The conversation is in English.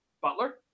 Butler